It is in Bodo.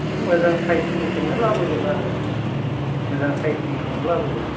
मोजां साइसनिखौनो लाबोगोन आरो मोजां साइसनिखौनो लाबोगोन